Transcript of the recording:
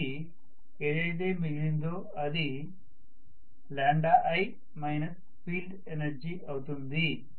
కాబట్టి ఏదైతే మిగిలిందో అది i ఫీల్డ్ ఎనర్జీ అవుతుంది